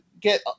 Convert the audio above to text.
get